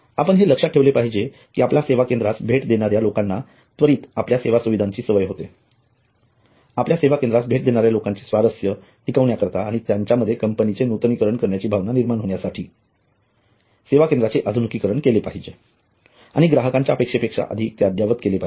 आपण हे लक्षात ठेवले पाहिजे की आपल्या सेवा केंद्रास भेट देणाऱ्या लोकांना त्वरित आपल्या सेवा सुविधांची सवय होते आपल्या सेवा केंद्रास भेट देणाऱ्या लोकांचे स्वारस्य टिकविण्याकरिता आणि त्यांच्यामध्ये कंपनीचे नूतनीकरण करण्याची भावना निर्माण होण्यासाठी सेवा केंद्राचे आधुनिकीकरण केले पाहिजे आणि ग्राहकांच्या अपेक्षेपेक्षा अधिक ते अद्ययावत केले पाहिजे